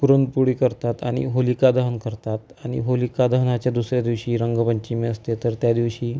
पुरणपोळी करतात आणि होलिका दहन करतात आणि होलिका दहनाच्या दुसऱ्या दिवशी रंगपंचमी असते तर त्या दिवशी